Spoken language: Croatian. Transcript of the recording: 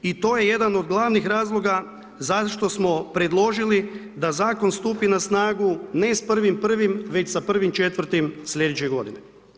I to je jedan od glavnih razloga zašto smo predložili da zakon stupi na snagu ne s 1.1. već sa 1.4. sljedeće godine.